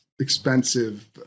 expensive